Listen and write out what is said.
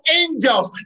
angels